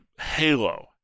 Halo